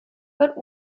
but